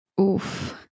Oof